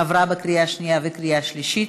עברה בקריאה שנייה וקריאה שלישית,